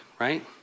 right